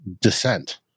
descent